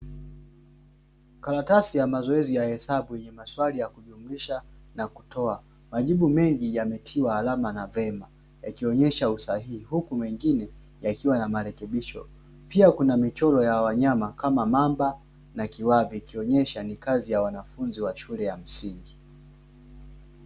Karatasi ya mazoezi ya hesabu yenye maswali ya kujumlisha na kutoa majibu mengi yametiwa alama ya vyema, yakionyesha usahihi huku mengine yakiwa ya marekebisho. Pia kuna michoro ya wanyama kama mamba na kiwavi, ikionyesha ni kazi ya wanafunzi wa shule ya msingi.